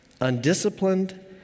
undisciplined